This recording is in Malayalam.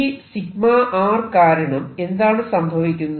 ഈ കാരണം എന്താണ് സംഭവിക്കുന്നത്